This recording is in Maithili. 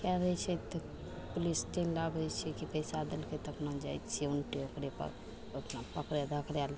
कै दै छै तऽ पुलिस चलि आबै छै कि पइसा देलकै तऽ अपना जाइ छै हुनके ओकरेपर अपना पकड़ै धकड़ै ले